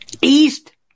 East